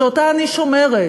שאותה אני שומרת,